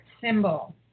symbol